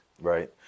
right